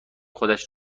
خودش